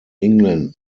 england